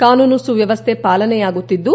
ಕಾನೂನು ಸುವ್ಲವಶ್ಡೆ ಪಾಲನೆಯಾಗುತ್ತಿದ್ದು